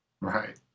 Right